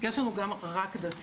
יש לנו גם רק דתיים,